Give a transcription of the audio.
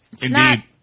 Indeed